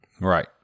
Right